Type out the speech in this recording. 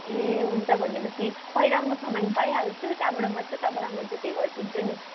ए हुन्छ भनेपछि पहिला म सामान पाइहाल्छु त्यहाँबाट मात्रै म तपाईँलाई जिपे गरिदिन्छु नि